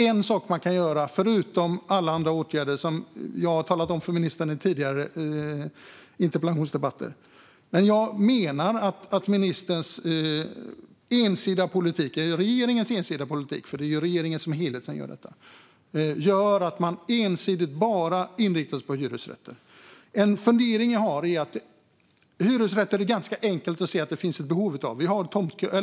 En sak kan man göra, förutom alla andra åtgärder som jag har tagit upp med ministern i tidigare interpellationsdebatter. Jag menar att regeringens politik gör att man ensidigt inriktar sig på bara hyresrätter. Det är enkelt att se att det finns ett behov av hyresrätter.